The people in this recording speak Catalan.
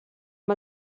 amb